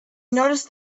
noticed